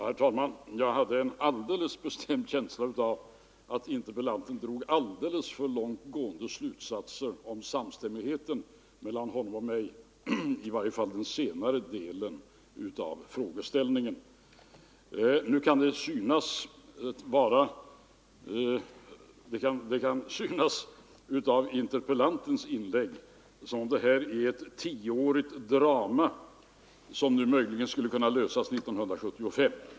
Herr talman! Jag hade en mycket bestämd känsla av att interpellanten drog alldeles för långt gående slutsatser om samstämmigheten mellan honom och mig, i varje fall i den senare delen av frågeställningen. Av interpellantens inlägg kan det synas som om det här är ett tioårigt drama, som nu möjligen skulle kunna få sin upplösning 1975.